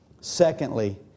Secondly